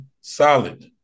solid